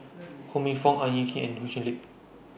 Ho Minfong Ang Hin Kee and Ho Chee Lick